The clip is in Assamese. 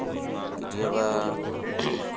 কেতিয়াবা